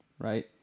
Right